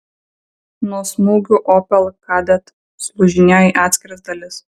nuo smūgių opel kadett sulūžinėjo į atskiras dalis